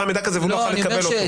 מידע כזה והוא לא יכול היה לקבל אותו.